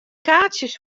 kaartsjes